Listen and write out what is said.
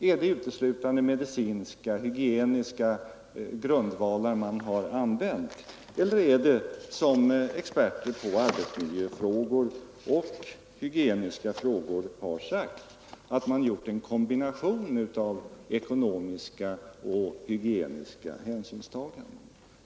Är det uteslutande medicinska, hygieniska skäl som bildar grundvalen eller har man, som experter på arbetsmiljöfrågor och hygieniska frågor har sagt, gjort en kombination av ekonomiska och hygieniska hänsynstaganden?